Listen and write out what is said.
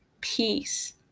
peace